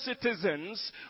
citizens